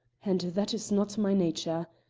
and that is not my nature.